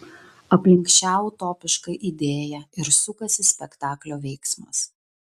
aplink šią utopišką idėją ir sukasi spektaklio veiksmas